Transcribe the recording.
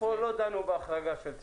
בקיצור, פה לא דנו בהחרגה של צה"ל.